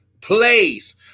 place